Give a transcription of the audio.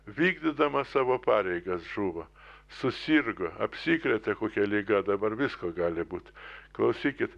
vykdydamas savo pareigas žūva susirgo apsikrėtė kokia liga dabar visko gali būt klausykit